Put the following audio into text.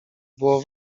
było